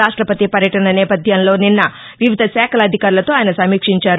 రాష్టపతి పర్యటన నేపథ్యంలో నిన్న వివిధ శాఖల అధికారులతో ఆయన సమీక్షించారు